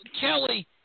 Kelly